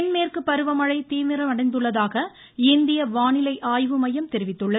தென்மேற்கு பருவமழை தீவிரமடைந்துள்ளதாக இந்திய வானிலை ஆய்வு மையம் தெரிவித்துள்ளது